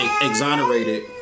exonerated